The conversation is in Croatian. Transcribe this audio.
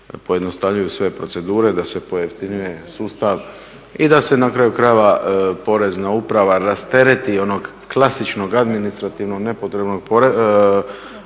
pojednostavljuju sve procedure, da se pojeftinjuje sustav i da se na kraju krajeva Porezna uprava rastereti onog klasičnog administrativnog nepotrebnog posla